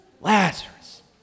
Lazarus